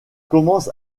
commence